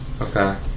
Okay